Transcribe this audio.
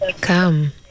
Come